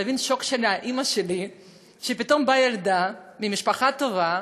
תבין את השוק של אימא שלי כשפתאום באה ילדה ממשפחה טובה